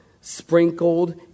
sprinkled